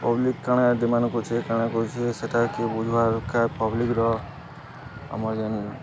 public କାଣା demand କରୁଛେ କାଣା କରୁଛେ ସେଇଟା କିଏ ବୁଝିବା ଦରକାର୍ ପବ୍ଲିକର ଆମର ଜଣି